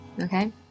okay